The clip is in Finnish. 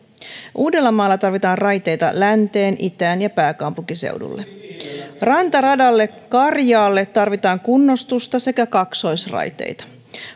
uudellamaalla tarvitaan raiteita länteen itään ja pääkaupunkiseudulle rantaradalle karjaalle tarvitaan kunnostusta sekä kaksoisraiteita